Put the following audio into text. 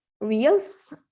reels